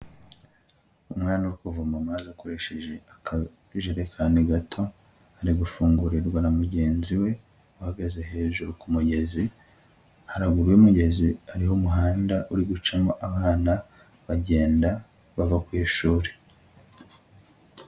Umwana uri kuvoma amazi akoresheje akajerekani gato, ari gufungurirwa na mugenzi we uhagaze hejuru ku mugezi, haruguru y'umugezi hariho umuhanda uri gucamo abana bagenda bava ku ishuri.